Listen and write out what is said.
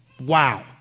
Wow